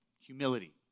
Humility